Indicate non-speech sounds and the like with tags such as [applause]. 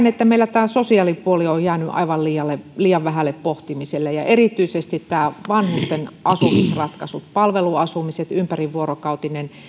[unintelligible] että meillä tämä sosiaalipuoli on jäänyt aivan liian liian vähälle pohtimiselle ja erityisesti nämä vanhusten asumisratkaisut palveluasumiset ympärivuorokautinen